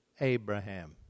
Abraham